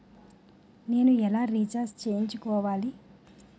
నేను ఎలా రీఛార్జ్ చేయించుకోవాలి?